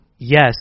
Yes